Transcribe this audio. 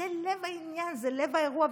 זה לב העניין, זה לב האירוע.